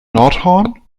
nordhorn